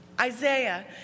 Isaiah